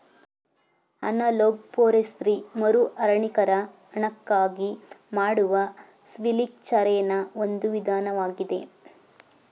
analog forestry ಮರುಅರಣ್ಯೀಕರಣಕ್ಕಾಗಿ ಮಾಡುವ ಸಿಲ್ವಿಕಲ್ಚರೆನಾ ಒಂದು ವಿಧಾನವಾಗಿದೆ